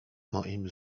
moim